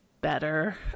better